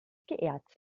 geehrt